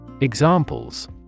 Examples